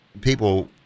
people